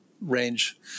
range